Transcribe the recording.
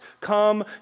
come